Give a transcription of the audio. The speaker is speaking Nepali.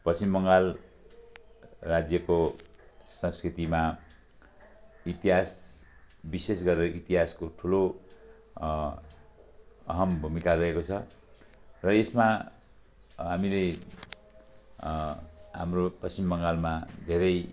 पश्चिम बङ्गाल राज्यको संस्कृतिमा इतिहास विशेष गरेर इतिहासको ठुलो अहम भूमिका रहेको छ र यसमा हामीले हाम्रो पश्चिम बङ्गालमा धेरै